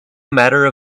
matter